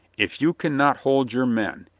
if you can not hold your men,